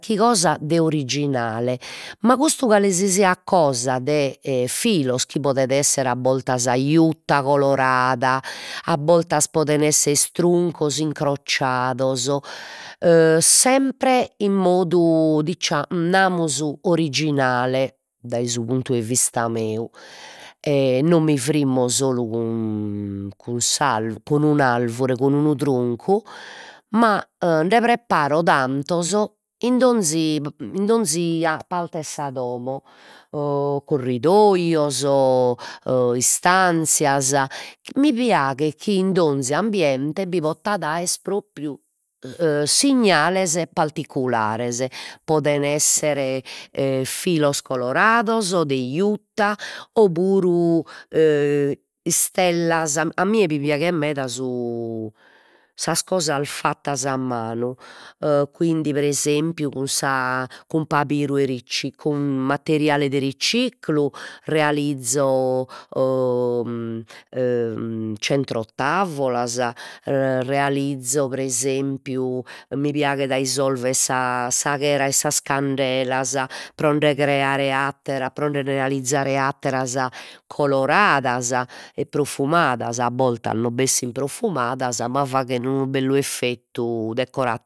Chi cosa de originale ma custu calesisiat cosa de 'e filos chi podes esser a bortas iuta colorada, a bortas poden esser truncos incrociados e sempre in modu namus originale, dai su puntu 'e vista meu, e non mi frimmo solu cun cun cun un'alvure, cun d'unu truncu, ma nde preparo tantos in donzi in donzi a parte 'e sa domo corridoios, o istanzias, mi piaghet chi in donzi ambiente bi potat aer propriu signales particulares, poden esser e filos colorados de iuta o puru istellas, a mie mi piaghet meda su sas cosas fattas a manu e quindi pre esempiu cun sa cun pabiru 'e cun materiale de riciclu realizo e centro tavolas e realizo pre esempiu, mi piaghet a isolver sa sa chera 'e sas candelas pro nde creare atteras, pro nde atteras coloradas e profumadas, a boltas non bessin profumadas, ma faghet unu bellu effettu decora